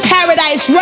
Paradise